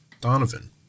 Donovan